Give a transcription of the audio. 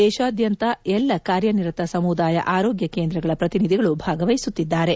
ದೇಶಾದ್ಯಂತ ಎಲ್ಲ ಕಾರ್ಯನಿರತ ಸಮುದಾಯ ಆರೋಗ್ಯ ಕೇಂದ್ರಗಳ ಪ್ರತಿನಿಧಿಗಳು ಭಾಗವಹಿಸುತ್ತಿದ್ದಾರೆ